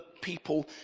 people